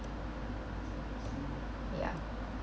ya